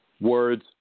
Words